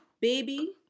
baby